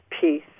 peace